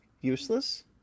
useless